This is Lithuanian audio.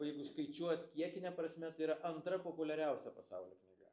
o jeigu skaičiuot kiekine prasme tai yra antra populiariausia pasauly knyga